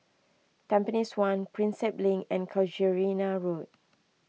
Tampines one Prinsep Link and Casuarina Road